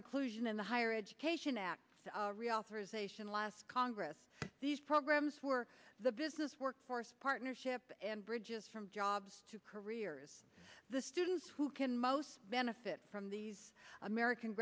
inclusion in the higher education act reauthorization last congress these programs were the business workforce partnership and bridges from jobs to careers the students who can most benefit from the american